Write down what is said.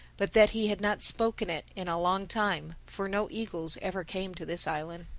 but that he had not spoken it in a long time, for no eagles ever came to this island.